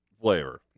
flavor